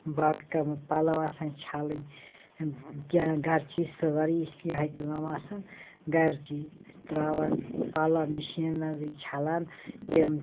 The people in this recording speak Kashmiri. باقٕے کامہٕ پَلَو آسان چھَلٕنۍ کیٚنٛہہ گَرچی سٲرٕے یِہوٚے کٲم آسان گَرچی ترٛاوان پَلَو مِشیٖن مَنٛزٕے چھَلان تِم